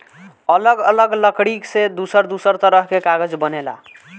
अलग अलग लकड़ी से दूसर दूसर तरह के कागज बनेला